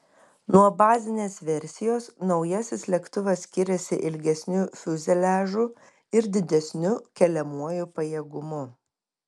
nuo bazinės versijos naujasis lėktuvas skiriasi ilgesniu fiuzeliažu ir didesniu keliamuoju pajėgumu